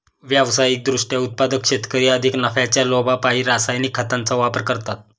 व्यावसायिक दृष्ट्या उत्पादक शेतकरी अधिक नफ्याच्या लोभापायी रासायनिक खतांचा वापर करतात